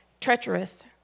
treacherous